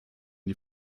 die